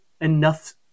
enough